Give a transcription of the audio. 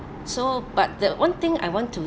so but the one thing I want to